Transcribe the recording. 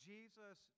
Jesus